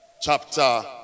chapter